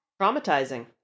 Traumatizing